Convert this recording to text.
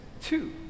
two